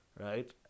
right